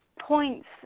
points